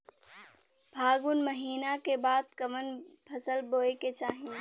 फागुन महीना के बाद कवन फसल बोए के चाही?